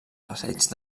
passeig